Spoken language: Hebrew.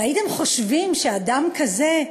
והייתם חושבים שאדם כזה,